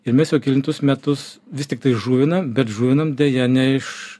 ir mes jau kelintus metus vis tiktai žuvinam bet žuvinam deja ne iš